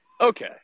Okay